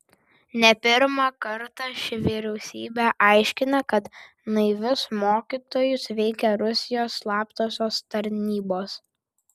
ne pirmą kartą ši vyriausybė aiškina kad naivius mokytojus veikia rusijos slaptosios tarnybos